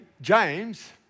James